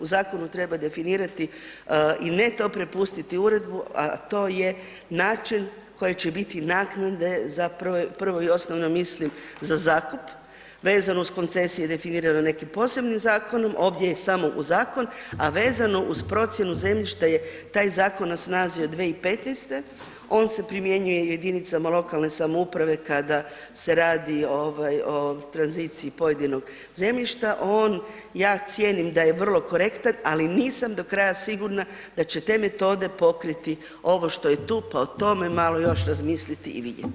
U zakonu treba definirati i ne to prepustiti uredbi, a to je način koji će biti naknade za prvo i osnovno mislim za zakup, vezano uz koncesije i definirano nekim posebnim zakonom, ovdje je samo u zakon, a vezano uz procjenu zemljišta je taj zakon na snazi od 2015., on se primjenjuje i jedinici lokalne samouprave kada se radi o tranziciji pojedinog zemljišta, on, ja cijenim da je vrlo korektan, ali nisam do kraja sigurna da će te metode pokriti ovo što je tu pa o tome malo još razmisliti i vidjeti.